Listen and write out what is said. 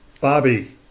Bobby